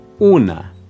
Una